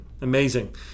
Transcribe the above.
Amazing